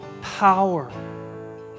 power